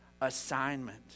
assignment